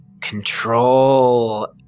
Control